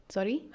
Sorry